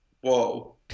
Whoa